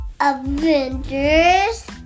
Avengers